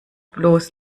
bloß